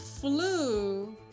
flu